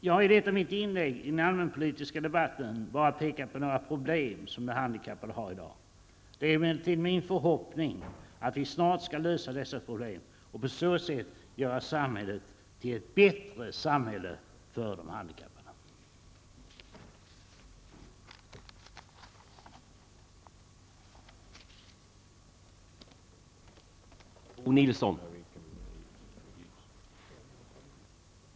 Jag har i detta mitt inlägg i den allmänpolitiska debatten bara pekat på några problem som de handikappade har i dag. Det är emellertid min förhoppning att vi snart skall lösa dessa problem och på så sätt göra samhället till ett bättre samhälle för de handikappade.